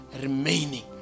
remaining